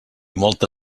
molta